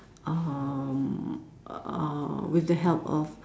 um uh with the help of